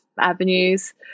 avenues